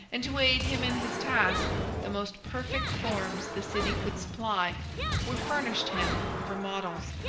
and to aid him in his task the most perfect forms the city could supply were furnished him for models.